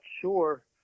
sure